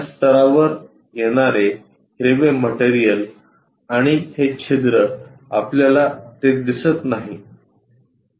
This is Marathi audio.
या स्तरावर येणारे हिरवे मटेरियल आणि हे छिद्र आपल्याला ते दिसत नाही